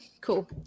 Cool